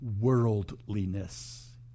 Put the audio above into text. worldliness